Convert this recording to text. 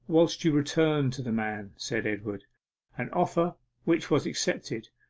whilst you return to the man said edward an offer which was accepted.